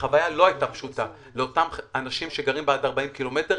והחוויה לא הייתה פשוטה לאותם אנשים שגרים עד 40 ק"מ,